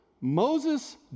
Moses